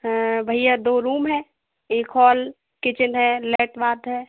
हाँ भैया दो रूम हैं एक हॉल किचेन है लैट बाथ है